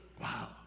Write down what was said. Wow